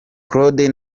claude